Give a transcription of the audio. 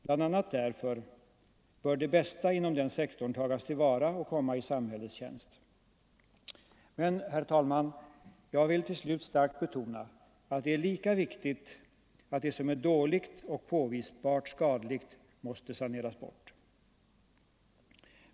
Bl.a. därför bör det bästa inom den sektorn tagas till vara och komma i samhällets tjänst. Men, herr talman, jag vill till slut starkt betona att det är lika viktigt att det som är dåligt och påvisbart skadligt saneras bort.